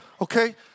Okay